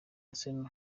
arsenal